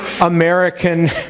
American